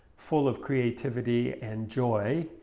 full of creativity and joy,